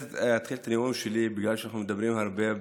אתחיל את הנאום שלי, בגלל שאנחנו מדברים הרבה,